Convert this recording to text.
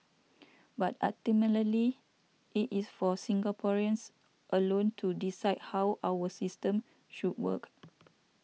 but ultimately it is for Singaporeans alone to decide how our system should work